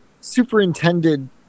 superintended